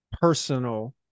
personal